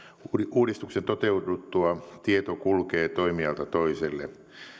uudistuksen toteuduttua tieto kulkee toimijalta toiselle